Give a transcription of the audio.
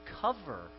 cover